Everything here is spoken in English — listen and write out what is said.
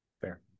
Fair